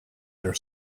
their